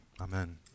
amen